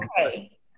okay